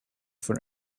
for